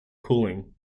cooling